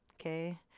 okay